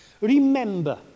Remember